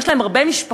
לרבים יש משפחות,